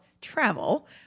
travel